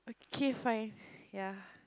K fine ya